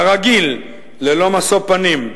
כרגיל, ללא משוא פנים,